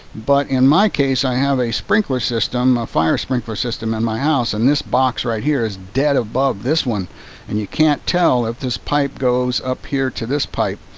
but in my case, i have a sprinkler system. a fire sprinkler system in and my house and this box right here is dead above this one and you can't tell if this pipe goes up here to this pipe.